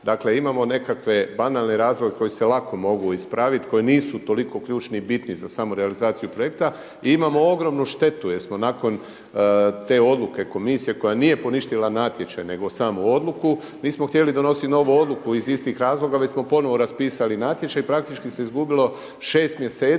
Dakle, imamo nekakve banalne razloge koji se lako mogu ispraviti koji nisu toliko ključni i bitni za samu realizaciju projekta i imamo ogromnu štetu jer smo nakon te odluke komisije koja nije poništila natječaj nego samo odluku, nismo htjeli donositi novu odluku iz istih razloga već smo ponovno raspisali natječaj i praktički se izgubilo 6 mjeseci